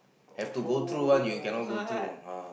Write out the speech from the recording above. have to go through one you cannot go through ah